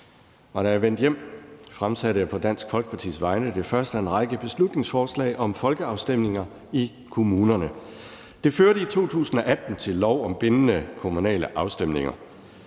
Da jeg vendte hjem, fremsatte jeg på Dansk Folkepartis vegne det første af en række beslutningsforslag om folkeafstemninger i kommunerne. Det førte i 2018 til lov om bindende kommunale afstemninger.